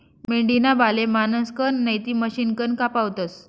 मेंढीना बाले माणसंसकन नैते मशिनकन कापावतस